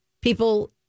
people